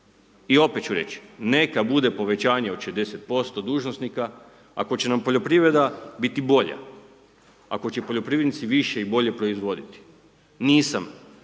i opet ću reć, neka bude povećanje od 60% dužnosnika ako će nam poljoprivreda biti bolja, ako će poljoprivrednici više i bolje proizvoditi,